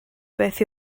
beth